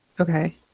okay